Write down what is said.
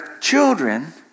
children